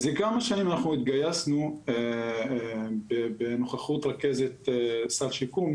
מזה כמה שנים אנחנו התגייסנו בנוכחות רכזת סל שיקום,